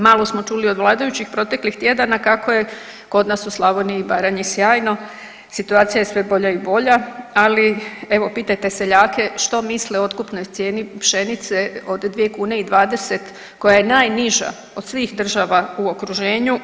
Malo smo čuli od vladajućih proteklih tjedana kako je kod nas u Slavoniji i Baranji sjajno, situacija je sve bolja i bolja, ali evo, pitajte seljake što misle o otkupnoj cijeni pšenice od 2 kune i 20 koja je najniža od svih država u okruženju.